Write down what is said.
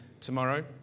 tomorrow